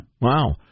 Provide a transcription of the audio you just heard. Wow